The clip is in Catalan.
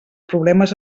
problemes